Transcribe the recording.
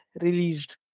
released